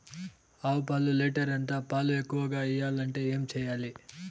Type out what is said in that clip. ఆవు పాలు లీటర్ ఎంత? పాలు ఎక్కువగా ఇయ్యాలంటే ఏం చేయాలి?